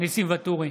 ניסים ואטורי,